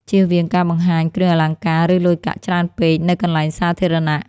ជៀសវាងការបង្ហាញគ្រឿងអលង្ការ ឬលុយកាក់ច្រើនពេកនៅកន្លែងសាធារណៈ។